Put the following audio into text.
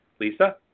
Lisa